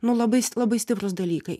nu labais labai stiprūs dalykai